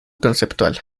conceptual